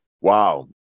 Wow